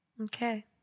Okay